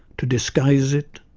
to disguise it,